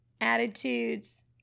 attitudes